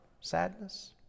sadness